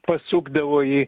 pasukdavo jį